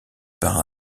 par